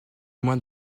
moins